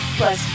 plus